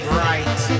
right